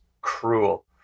cruel